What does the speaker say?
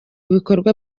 bikorwa